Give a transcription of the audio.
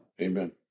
Amen